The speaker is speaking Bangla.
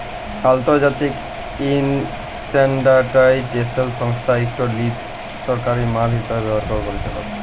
আলতর্জাতিক ইসট্যানডারডাইজেসল সংস্থা ইকট লিয়লতরলকারি মাল হিসাব ক্যরার পরিচালক